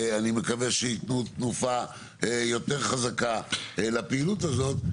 אני מקווה שיתנו תנופה יותר חזקה לפעילות הזאת,